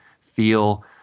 feel